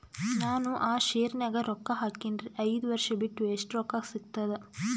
ನಾನು ಆ ಶೇರ ನ್ಯಾಗ ರೊಕ್ಕ ಹಾಕಿನ್ರಿ, ಐದ ವರ್ಷ ಬಿಟ್ಟು ಎಷ್ಟ ರೊಕ್ಕ ಸಿಗ್ತದ?